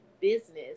business